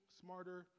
smarter